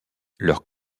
leurs